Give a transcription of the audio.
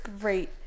great